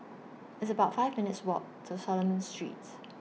It's about five minutes' Walk to Solomon Streets